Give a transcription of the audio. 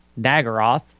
Nagaroth